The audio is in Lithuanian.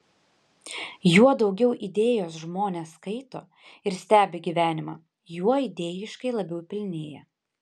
juo daugiau idėjos žmonės skaito ir stebi gyvenimą juo idėjiškai labiau pilnėja